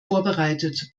vorbereitet